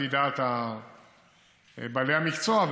לפי דעת בעלי המקצוע,